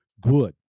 good